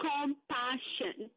Compassion